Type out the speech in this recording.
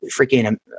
freaking